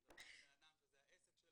אתם מדברים עם אדם שזה העסק שלו,